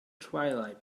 twilight